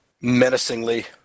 menacingly